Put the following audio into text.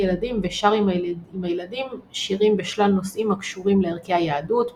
ילדים ושר עם הילדים שירים בשלל נושאים הקשורים לערכי היהדות,